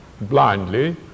blindly